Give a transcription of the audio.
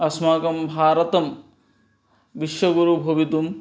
अस्माकं भारतं विश्वगुरुः भवितुं